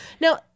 Now